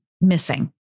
missing